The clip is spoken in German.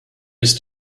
ist